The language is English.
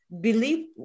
believe